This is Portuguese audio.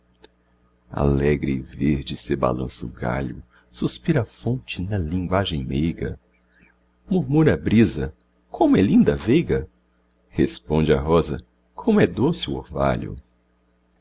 e verde se balança o galho suspira a fonte na linguagem meiga murmura a brisa como é linda a veiga responde a rosa como é doce o orvalho